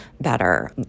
better